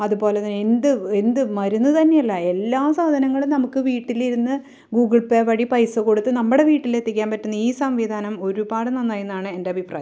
അതുപോലെതന്നെ എന്ത് എന്ത് മരുന്ന് തന്നെയല്ല എല്ലാ സാധനങ്ങളും നമുക്ക് വീട്ടിലിരുന്ന് ഗൂഗിൾ പേ വഴി പൈസ കൊടുത്ത് നമ്മടെ വീട്ടിലെത്തിക്കാൻ പറ്റുന്ന ഈ സംവിധാനം ഒരുപാട് നന്നായി എന്നാണ് എൻ്റെ അഭിപ്രായം